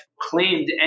claimed